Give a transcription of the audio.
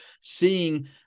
seeing